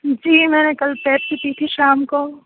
جی میں کل پیپسی پی تھی شام کو